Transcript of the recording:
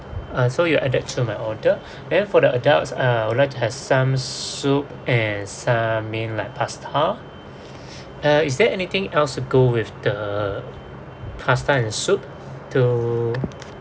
uh so you add that to my order then for the adults uh I would like to have some soup and some I mean like pasta uh is there anything else to go with the pasta and soup to